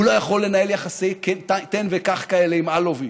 הוא לא יכול לנהל יחסי תן וקח כאלה עם אלוביץ',